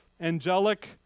angelic